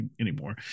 anymore